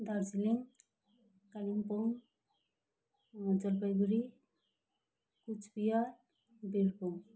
Darjeeling Kalimpong Jalpaiguri Coochbehar Birbhum